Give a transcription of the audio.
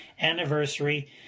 anniversary